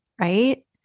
right